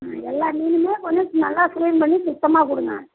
ம் எல்லா மீனுமே கொஞ்சம் நல்லா க்ளீன் பண்ணி சுத்தமாக கொடுங்க